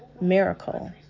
miracle